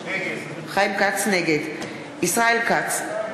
נגד ישראל כץ,